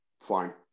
fine